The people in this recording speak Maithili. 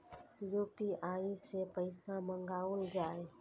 यू.पी.आई सै पैसा मंगाउल जाय?